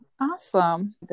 awesome